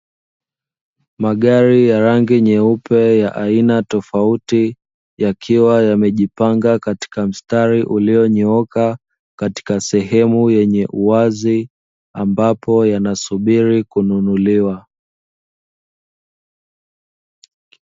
Magari ya rangi nyeupe ya aina tofauti yakiwa yamejipanga katika mstari ulionyooka, katika sehemu yenye uwazi, ambapo yanasubiri kununuliwa.